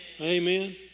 Amen